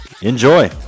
enjoy